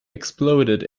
exploded